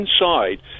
inside